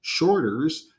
shorters